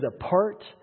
apart